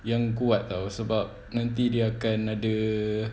yang kuat [tau] sebab nanti dia akan ada